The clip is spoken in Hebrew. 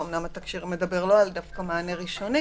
למרות שהתקשי"ר לא מדבר דווקא על מענה ראשוני.